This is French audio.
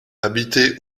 habitée